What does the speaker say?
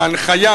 ההנחיה,